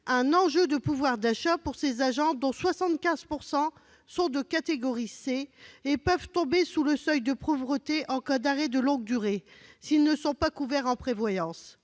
matière de pouvoir d'achat pour ces agents, dont 75 % appartiennent à la catégorie C et peuvent tomber sous le seuil de pauvreté en cas d'arrêt de longue durée s'ils ne sont pas couverts au titre